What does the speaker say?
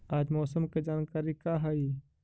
आज मौसम के जानकारी का हई?